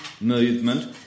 movement